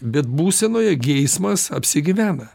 bet būsenoje geismas apsigyvena